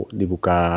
dibuka